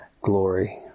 glory